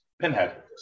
Pinhead